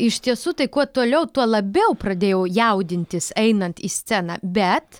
iš tiesų tai kuo toliau tuo labiau pradėjau jaudintis einant į sceną bet